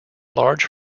large